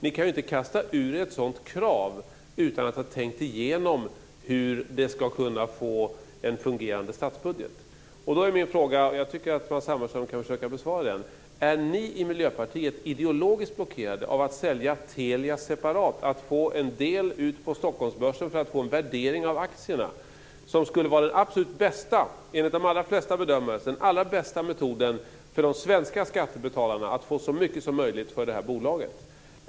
Ni kan inte kasta ur er ett sådant krav utan att ha tänkt igenom hur det ska bli en fungerande statsbudget. Jag tycker att Matz Hammarström ska försöka besvara mina frågor. Är ni i Miljöpartiet ideologiskt blockerade av att sälja Telia separat, att få en del ut på Stockholmsbörsen för att få en värdering av aktierna, som enligt de allra flesta bedömare skulle vara den bästa metoden för de svenska skattebetalarna att få så mycket som möjligt för bolaget?